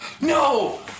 No